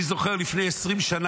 אני זוכר לפני 20 שנה,